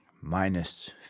minus